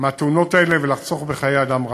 מהתאונות האלה ולחסוך בחיי אדם.